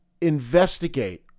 investigate